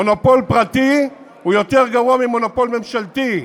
מונופול פרטי הוא יותר גרוע ממונופול ממשלתי.